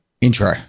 Intro